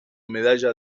medalla